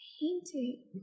painting